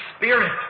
Spirit